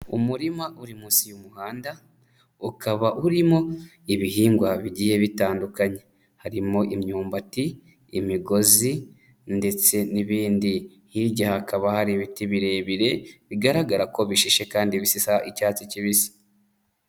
Umurima uri munsi y'umuhanda ukaba urimo ibihingwa bigiye bitandukanye harimo imyumbati, imigozi, ndetse n'ibindi. Hirya hakaba hari ibiti birebire bigaragara ko bishishe kandi bisa icyatsi kibisi.